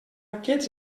aquests